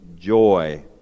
joy